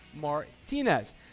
martinez